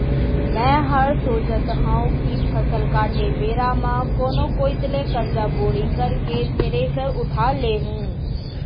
मैं हर सोचत हँव कि फसल काटे बेरा म कोनो कोइत ले करजा बोड़ी करके थेरेसर उठा लेहूँ